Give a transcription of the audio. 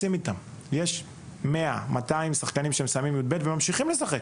יש 100-200 שחקנים שמסיימים י"ב וממשיכים לשחק.